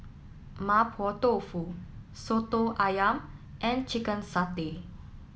Mapo Tofu Soto Ayam and Chicken Satay